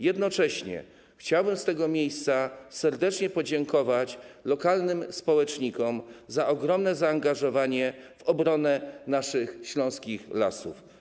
Jednocześnie chciałbym z tego miejsca serdecznie podziękować lokalnym społecznikom za ogromne zaangażowanie w obronę naszych śląskich lasów.